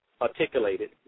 articulated